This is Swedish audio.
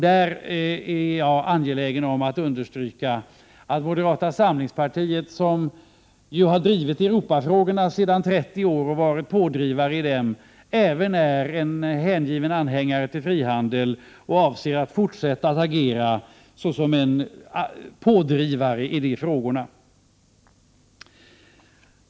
Jag är angelägen om att understryka att moderata samlingspartiet, som har drivit Europafrågorna sedan 30 år tillbaka och varit pådrivande i dem, även är en hängiven anhängare till frihandel. Vi avser också att fortsätta att agera som pådrivare i dessa frågor.